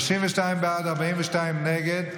32 בעד, 42 נגד.